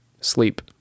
sleep